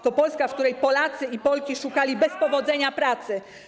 To Polska, w której Polacy i Polki szukali bez powodzenia pracy.